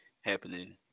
happening